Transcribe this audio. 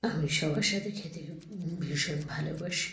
আমি সবার সাথে খেতে ভীষণ ভালোবাসি